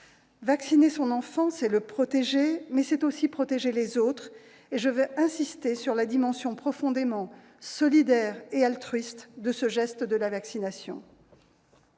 Vacciner son enfant, c'est le protéger, mais c'est aussi protéger les autres. Je veux insister sur la dimension profondément solidaire et altruiste du geste de la vaccination.